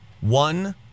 one